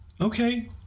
okay